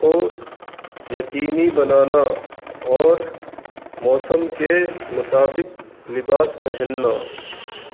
کو یقینی بنانا اور موسم کے مطابق لباس پہننا